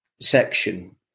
section